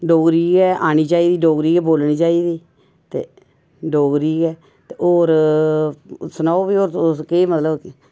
डोगरी गै आनी चाहिदी डोगरी गै बोलनी चाहिदी ते डोगरी गै ते होर सुनाओ फ्ही तुस केह् मतलब कि